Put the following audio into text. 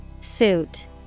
Suit